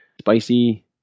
spicy